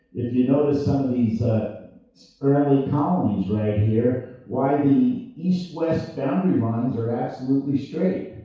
you notice, some of these ah early colonies right here, why the east west boundary lines are absolutely straight.